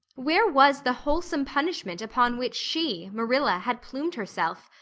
where was the wholesome punishment upon which she, marilla, had plumed herself?